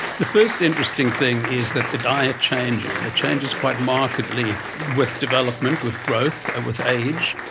the first interesting thing is that the diet changes and changes quite markedly with development, with growth, ah with age,